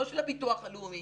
לא של הביטוח הלאומי.